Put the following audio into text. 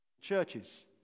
churches